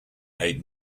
ate